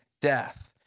death